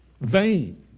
Vain